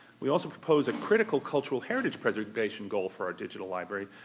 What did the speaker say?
we also propose a critical cultural heritage preservation goal for our digital library,